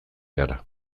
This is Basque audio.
gara